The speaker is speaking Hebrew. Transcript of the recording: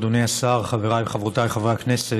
אדוני השר, חבריי וחברותיי חברי הכנסת,